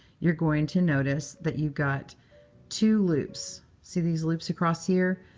you're going to notice that you've got two loops. see these loops across here?